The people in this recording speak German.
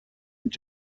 mit